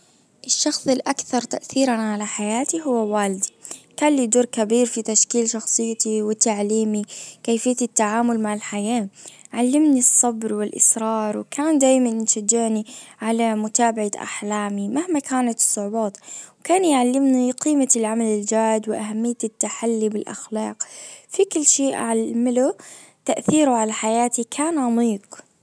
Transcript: الشخص الاكثر تأثيرا على حياتي هو والدي كان لي دور كبير في تشكيل شخصيتي وتعليمي كيفية التعامل مع الحياة. علمني الصبر والاصرار وكان دايما يشجعني على متابعة احلامي مهما كانت الصعوبات وكان يعلمني قيمة العمل الجاد واهمية التحلي بالاخلاق في كل شيء أعمله تأثيره على حياتي كان عميق.